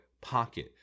pocket